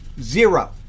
Zero